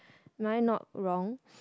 am I not wrong